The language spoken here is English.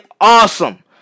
awesome